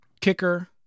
kicker